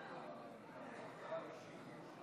הודעה אישית לחבר הכנסת